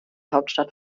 hauptstadt